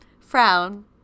Frown